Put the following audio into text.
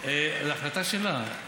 זו החלטה שלה.